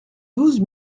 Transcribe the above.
douze